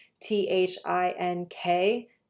T-H-I-N-K